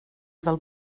fel